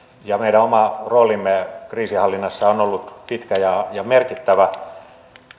ja meidän oma roolimme kriisinhallinnassa on ollut pitkä ja ja merkittävä